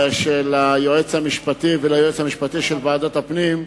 הייעוץ המשפטי וליועץ המשפטי של ועדת הפנים,